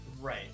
Right